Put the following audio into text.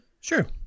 Sure